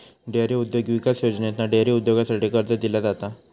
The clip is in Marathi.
डेअरी उद्योग विकास योजनेतना डेअरी उद्योगासाठी कर्ज दिला जाता